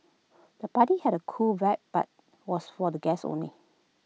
the party had A cool vibe but was for the guests only